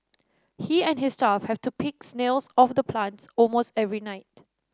he and his staff have to pick snails off the plants almost every night